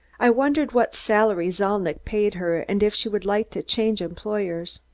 i wondered what salary zalnitch paid her and if she would like to change employers.